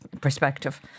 perspective